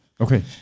Okay